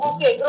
Okay